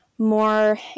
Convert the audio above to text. more